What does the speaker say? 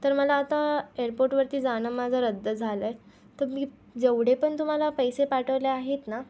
तर मला आता एअरपोर्टवरती जाणं माझं रद्द झालं आहे तर मी जेवढे पण तुमाला पैसे पाठवले आहेत ना